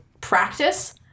practice